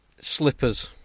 slippers